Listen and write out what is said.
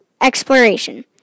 exploration